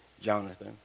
Jonathan